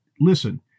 listen